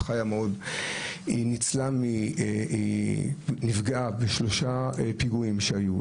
היא נפגעה בשלושה פיגועים שהיו.